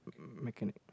mechanic